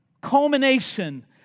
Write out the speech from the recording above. culmination